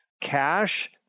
cash